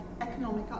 economic